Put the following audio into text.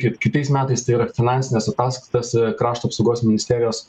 kaip kitais metais tai yra finansines ataskaitas krašto apsaugos ministerijos